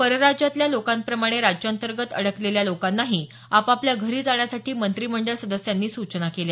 परराज्यांतल्या लोकांप्रमाणे राज्यांतर्गत अडकलेल्या लोकांनाही आपापल्या घरी जाण्यासाठी मंत्रीमंडळ सदस्यांनी सूचना केल्या